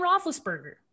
Roethlisberger